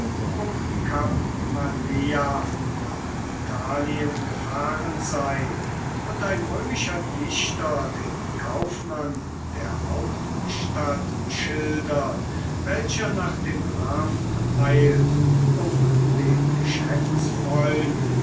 um kap malea nach italien gefahren sei und ein römischer dichter den kaufmann der hauptstadt schildert welcher nach dem hafen eilt um den